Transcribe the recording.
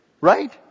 Right